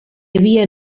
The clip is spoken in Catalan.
havia